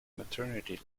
maternity